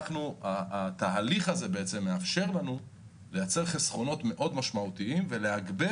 התהליך הזה מאפשר לנו לייצר חסכונות מאוד משמעותיים ולתגבר